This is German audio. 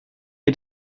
ihr